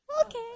Okay